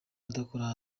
adakora